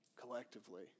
collectively